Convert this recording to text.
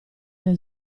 del